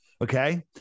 Okay